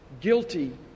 guilty